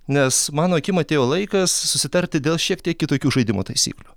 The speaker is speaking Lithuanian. nes mano akim atėjo laikas susitarti dėl šiek tiek kitokių žaidimo taisyklių